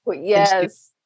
Yes